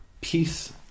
peace